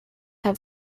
have